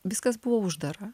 viskas buvo uždara